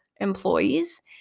employees